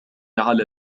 على